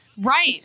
right